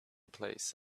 place